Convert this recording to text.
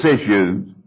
issues